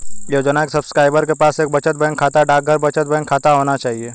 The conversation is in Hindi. योजना के सब्सक्राइबर के पास एक बचत बैंक खाता, डाकघर बचत बैंक खाता होना चाहिए